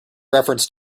reference